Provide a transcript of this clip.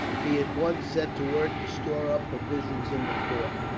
he at once set to work to store up provisions in the fort,